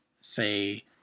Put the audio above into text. say